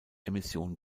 emission